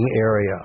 area